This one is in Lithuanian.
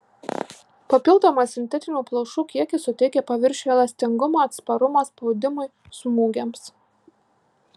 papildomas sintetinių plaušų kiekis suteikia paviršiui elastingumą atsparumą spaudimui smūgiams